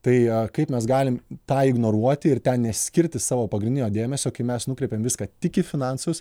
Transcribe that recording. tai kaip mes galim tą ignoruoti ir ten neskirti savo pagrindinio dėmesio kai mes nukreipiam viską tik į finansus